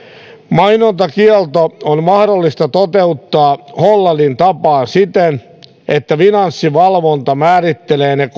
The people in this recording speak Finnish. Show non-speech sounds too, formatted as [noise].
mainontakielto on mahdollista toteuttaa hollannin tapaan siten että finanssivalvonta määrittelee ne [unintelligible]